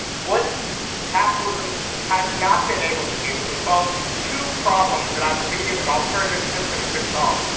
what capitalism has not been able to do is solve two problems that i believe an alternative system could solve.